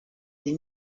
des